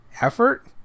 effort